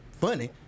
funny